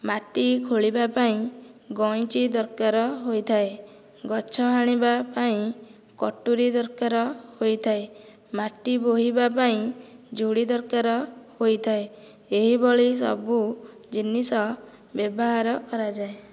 ମାଟି ଖୋଲିବା ପାଇଁ ଗଇଁଚି ଦରକାର ହୋଇଥାଏ ଗଛ ହାଣିବା ପାଇଁ କଟୁରୀ ଦରକାର ହୋଇଥାଏ ମାଟି ବୋହିବା ପାଇଁ ଝୁଡ଼ି ଦରକାର ହୋଇଥାଏ ଏହିଭଳି ସବୁ ଜିନିଷ ବ୍ୟବହାର କରାଯାଏ